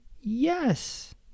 yes